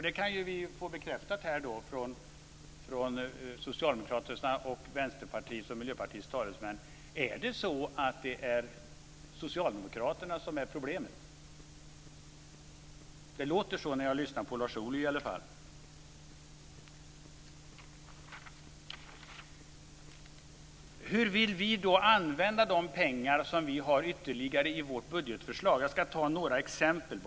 Det kan vi få bekräftat här från Socialdemokraternas, Vänsterpartiets och Miljöpartiets talesmän. Är det Socialdemokraterna som är problemet? Det låter i varje fall så när jag lyssnar på Lars Ohly. Hur vill vi använda de pengar som vi har ytterligare i vårt budgetförslag? Jag ska ta några exempel.